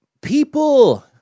people